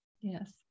Yes